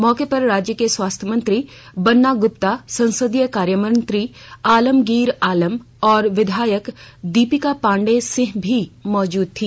मौके पर राज्य के स्वास्थ्य मंत्री बन्ना ग्रप्ता संसदीय कार्यमंत्री आलमगीर आलम और विधायक दीपिका पांडेय सिंह भी मौजूद थे